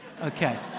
Okay